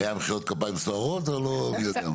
היו מחיאות כפיים סוערות או לא מי יודע מה?